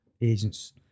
agents